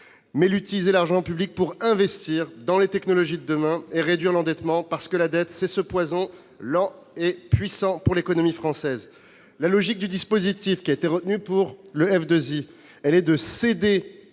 s'agit d'utiliser l'argent public pour investir dans les technologies de demain et réduire l'endettement, parce que la dette est un poison lent et puissant pour l'économie française. La logique du dispositif qui a été retenu est de céder